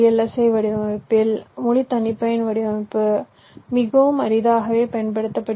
ஐ வடிவமைப்பில் முழு தனிப்பயன் வடிவமைப்பு மிகவும் அரிதாகவே பயன்படுத்தப்படுகிறது